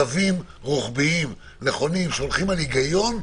קווים רוחביים, נכונים, שהולכים על היגיון.